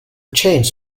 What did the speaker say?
chains